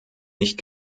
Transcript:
nicht